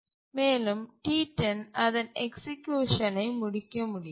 மேலும் T10 அதன் எக்சிக்யூஷனை முடிக்க முடியாது